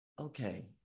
okay